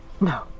No